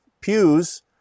pews